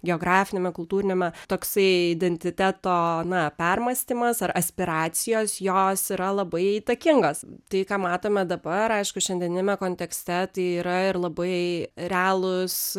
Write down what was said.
geografiniame kultūriniame toksai identiteto na permąstymas ar aspiracijos jos yra labai įtakingos tai ką matome dabar aišku šiandieniniame kontekste tai yra ir labai realūs